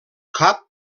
cap